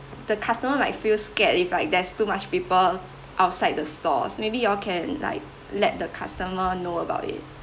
the customer might feel scared if like there's too much people outside the stores maybe y'all can like let the customer know about it